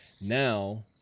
Now